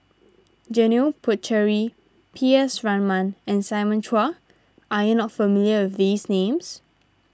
Janil Puthucheary P S Raman and Simon Chua are you not familiar with these names